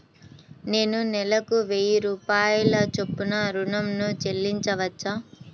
నేను నెలకు వెయ్యి రూపాయల చొప్పున ఋణం ను చెల్లించవచ్చా?